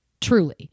truly